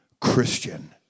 Christian